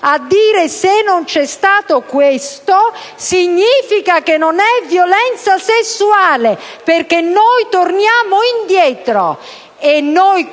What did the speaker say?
che, se non c'è stato questo, significa che non è violenza sessuale, perché noi torniamo indietro. Noi,